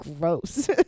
gross